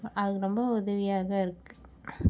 அது ரொம்ப உதவியாக இருக்குது